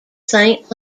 saint